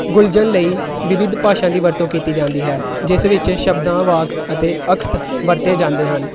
ਗੁਲਜਨ ਲਈ ਵਿਵਿੱਧ ਭਾਸ਼ਾ ਦੀ ਵਰਤੋਂ ਕੀਤੀ ਜਾਂਦੀ ਹੈ ਜਿਸ ਵਿੱਚ ਸ਼ਬਦਾਂ ਵਾਕ ਅਤੇ ਅਖਤ ਵਰਤੇ ਜਾਂਦੇ ਹਨ